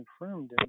confirmed